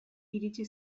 iritsi